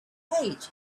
page